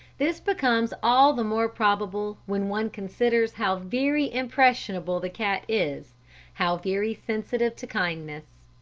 this becomes all the more probable when one considers how very impressionable the cat is how very sensitive to kindness.